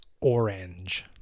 Orange